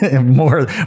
more